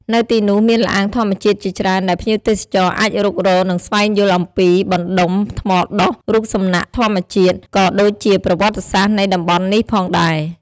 នៅទីនោះមានល្អាងធម្មជាតិជាច្រើនដែលភ្ញៀវទេសចរអាចរុករក និងស្វែងយល់អំពីបណ្តុំថ្មដុះ រូបសំណាកធម្មជាតិ ក៏ដូចជាប្រវត្តិសាស្រ្តនៃតំបន់នេះផងដែរ។